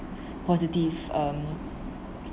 positive um